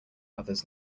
others